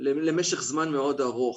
למשך זמן מאוד ארוך,